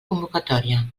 convocatòria